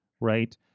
right